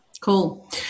Cool